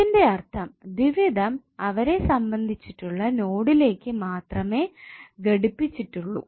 ഇതിന്റെ അർത്ഥം ദ്വിവിധം അവരെ സംബന്ധിച്ചിട്ടുള്ള നോഡിലോട്ട് മാത്രമേ ഘടിപ്പിച്ചിട്ടുള്ളു